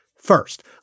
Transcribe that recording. First